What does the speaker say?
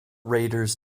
raiders